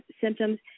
symptoms